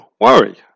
worry